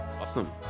Awesome